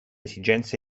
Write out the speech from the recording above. esigenze